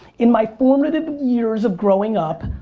in my formative years of growing up,